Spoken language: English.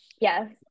Yes